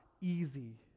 easy